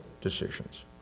decisions